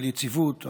על יציבות,